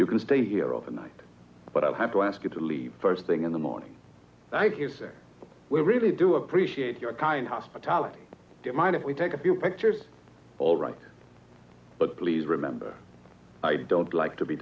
you can stay here overnight but i'll have to ask you to leave first thing in the morning thank you we really do appreciate your kind hospitality good mind if we take a few pictures all right but please remember i don't like to be